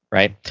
right?